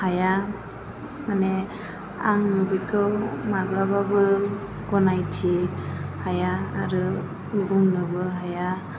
हाया माने आं बेखौ माब्लाबाबो गनायनो हाया आरो बुंनोबो हाया